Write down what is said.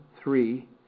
three